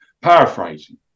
Paraphrasing